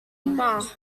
moss